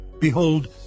Behold